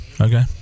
Okay